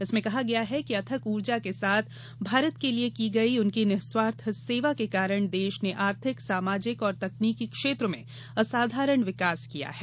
इसमें कहा गया है कि अथक ऊर्जा के साथ भारत के लिए की गई उनकी निःस्वार्थ सेवा के कारण देश ने आर्थिक सामाजिक और तकनीकी क्षेत्र में असाधारण विकास किया है